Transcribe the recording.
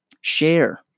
share